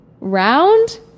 round